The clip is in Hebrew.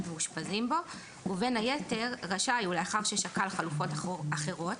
מאושפזים בו ובין היתר רשאי הוא לאחר ששקל חלופות אחרות,